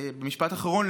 במשפט אחרון,